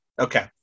Okay